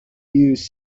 used